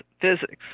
physics